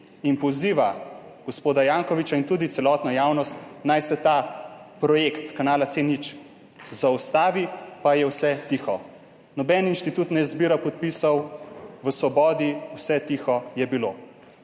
in poziva gospoda Jankovića in tudi celotno javnost, naj se ta projekt kanala C0 zaustavi, pa je vse tiho. Noben inštitut ne zbira podpisov, v Svobodi vse tiho je bilo.